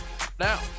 now